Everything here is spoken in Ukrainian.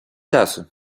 часу